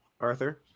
Arthur